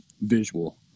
visual